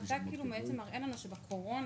אתה בעצם מראה לנו שבקורונה,